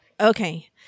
Okay